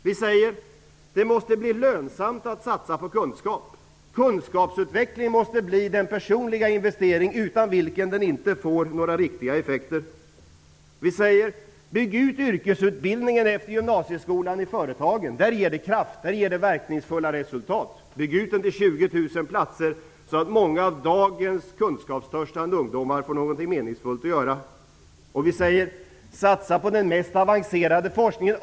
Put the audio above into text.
Vi säger: Det måste bli lönsamt att satsa på kunskap. Kunskapsutveckling måste bli en personlig investering, utan vilken den inte får några riktiga effekter. Vi säger: Bygg ut yrkesutbildningen efter gymnasieskolan i företagen. Där ger den kraft och verkningsfulla resultat. Bygg ut den till 20 000 platser så att många av dagens kunskapstörstande ungdomar får någonting meningsfullt att göra. Vi säger: Satsa på den mest avancerade forskningen.